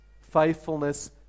faithfulness